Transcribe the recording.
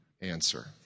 answer